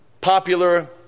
popular